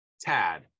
Tad